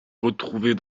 retrouvée